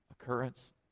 occurrence